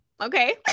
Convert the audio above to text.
Okay